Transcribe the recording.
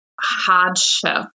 hardship